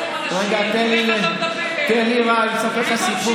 תן לי לספר את הסיפור.